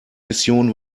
mission